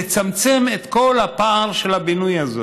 לצמצם את כל הפער הזה בבינוי.